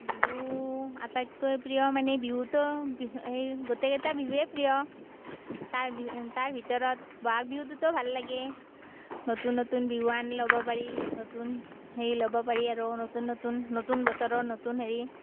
বিহু আটাইতকৈ প্ৰিয় মানে বিহুটো সেই গোটেইকেইটা বিহুৱেই প্ৰিয় তাৰ ভি তাৰ ভিতৰত ব'হাগ বিহুটোতো ভাল লাগে নতুন নতুন বিহুৱান ল'ব পাৰি নতুন হেৰি ল'ব পাৰি আৰু নতুন নতুন নতুন বছৰৰ নতুন হেৰি